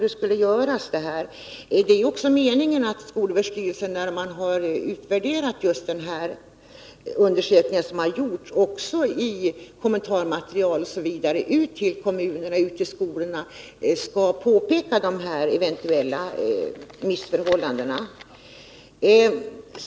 Det är också meningen att när man i skolöverstyrelsen har utvärderat den undersökning som har gjorts skall man i det kommentarmaterial osv. som sänds ut till kommunerna och skolorna också påpeka de här eventuella missförhållandena.